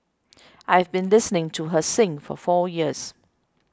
I have been listening to her sing for four years